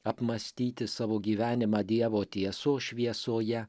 apmąstyti savo gyvenimą dievo tiesos šviesoje